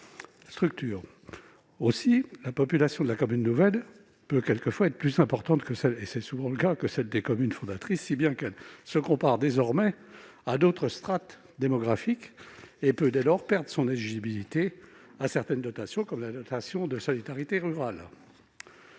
structure. Ensuite, la population de la commune nouvelle peut aussi être plus importante, et c'est souvent le cas, que celle des communes fondatrices, si bien qu'elle se compare désormais à d'autres strates démographiques. Elle peut dès lors perdre son éligibilité à certaines dotations, comme la dotation de solidarité rurale.